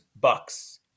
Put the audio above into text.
bucks